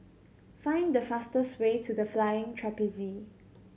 find the fastest way to The Flying Trapeze